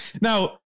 now